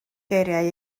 geiriau